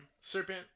serpent